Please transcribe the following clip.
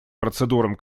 процедурам